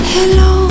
Hello